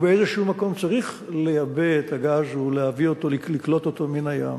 ובאיזה מקום צריך לייבא את הגז ולקלוט אותו מן הים.